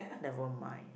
never mind